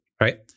right